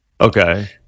Okay